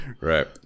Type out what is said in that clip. Right